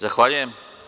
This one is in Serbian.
Zahvaljujem.